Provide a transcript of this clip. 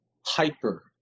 hyper